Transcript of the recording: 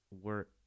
were-